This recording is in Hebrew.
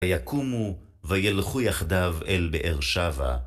ויקומו, וילכו יחדיו אל באר שבע.